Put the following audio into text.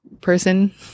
person